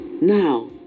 now